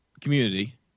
Community